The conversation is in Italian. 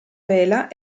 vela